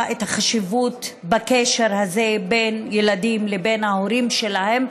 את החשיבות בקשר הזה בין ילדים לבין ההורים שלהם,